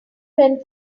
friend